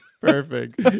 Perfect